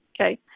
Okay